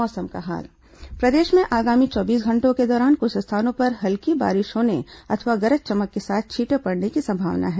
मौसम प्रदेश में आगामी चौबीस घंटों के दौरान कुछ स्थानों पर हल्की बारिश होने अथवा गरज चमक के साथ छींटे पड़ने की संभावना है